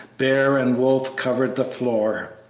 bear, and wolf covered the floor.